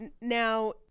now